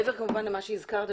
מעבר כמובן למה שהזכרת,